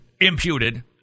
imputed